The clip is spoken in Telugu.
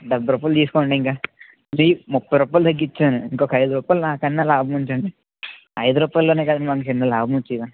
డెబ్బై రూపాయలు తీసుకోండి ఇంక ముప్పై రూపాయలు తగ్గించాను ఇంకొక ఐదు రూపాయలు నాకన్నా లాభం ఉంచండి ఐదు రూపాయిలలో కదండి మనకి ఎన్నో లాభం వచ్చేది